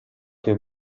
che